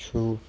true